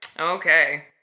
Okay